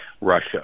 Russia